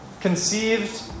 conceived